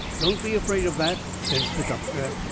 don't be afraid of that, says the doctor.